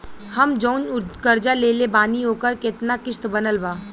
हम जऊन कर्जा लेले बानी ओकर केतना किश्त बनल बा?